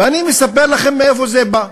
ואני מספר לכם מאיפה זה בא,